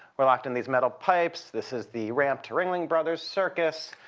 we're locked in these metal pipes. this is the ramp to ringling brothers' circus.